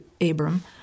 Abram